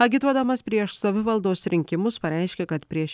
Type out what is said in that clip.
agituodamas prieš savivaldos rinkimus pareiškė kad prieš